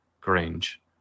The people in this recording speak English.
Grange